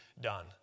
done